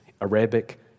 Arabic